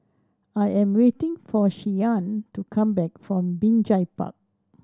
I am waiting for Shyanne to come back from Binjai Park